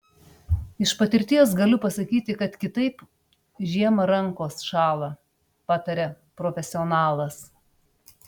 iš patirties galiu pasakyti kad kitaip žiemą rankos šąla pataria profesionalas